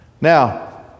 Now